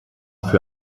für